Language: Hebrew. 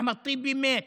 אחמד טיבי מת,